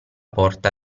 porta